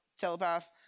telepath